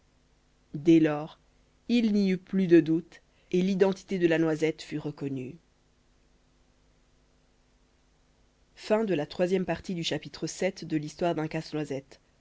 dès lors il n'y eut plus de doute et l'identité de la noisette fut reconnue